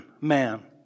man